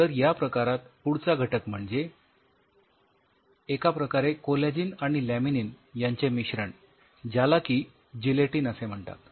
तर या प्रकारात पुढचा घटक म्हणजे एका प्रकारे कोलॅजिन आणि लॅमिनीन यांचे मिश्रण ज्याला की जिलेटीन असे म्हणतात